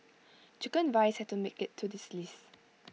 Chicken Rice had to make IT to this list